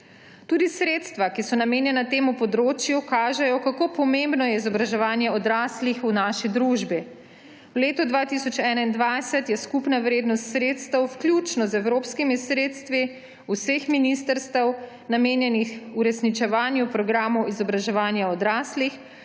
Tudi sredstva, ki so namenjena temu področju, kažejo, kako pomembno je izobraževanje odraslih v naši družbi. V letu 2021 je skupna vrednost sredstev, vključno z evropskimi sredstvi vseh ministrstev, namenjenih uresničevanju programov izobraževanja odraslih,